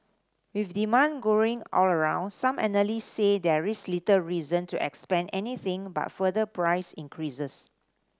with demand growing all around some analyst say there is little reason to expect anything but further price increases